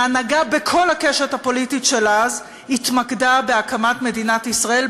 ההנהגה בכל הקשת הפוליטית של אז התמקדה בהקמת מדינת ישראל,